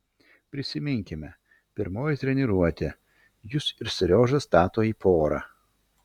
prisiminkime pirmoji treniruotė jus ir seriožą stato į porą